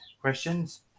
questions